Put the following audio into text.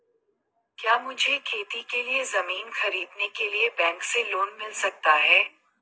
क्या मुझे खेती के लिए ज़मीन खरीदने के लिए बैंक से लोन मिल सकता है?